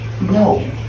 No